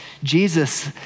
Jesus